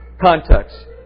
context